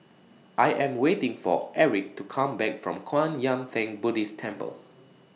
I Am waiting For Aric to Come Back from Kwan Yam Theng Buddhist Temple